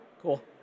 Cool